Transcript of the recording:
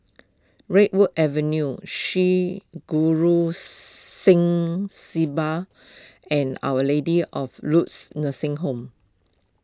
Redwood Avenue Sri Guru Singh Sabha and Our Lady of Lourdes Nursing Home